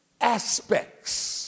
aspects